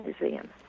museum